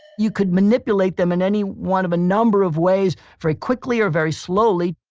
you could manipulate them in any one of a number of ways, very quickly or very slowly